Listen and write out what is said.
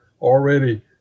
already